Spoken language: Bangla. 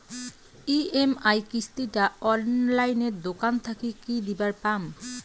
ই.এম.আই কিস্তি টা অনলাইনে দোকান থাকি কি দিবার পাম?